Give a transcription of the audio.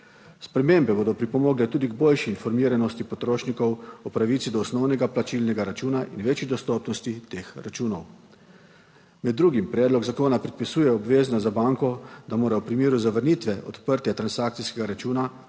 Spremembe bodo pripomogle tudi k boljši informiranosti potrošnikov o pravici do osnovnega plačilnega računa in večji dostopnosti teh računov. Med drugim predlog zakona predpisuje obvezno za banko, da mora v primeru zavrnitve odprtja transakcijskega računa